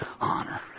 honor